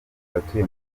abatuye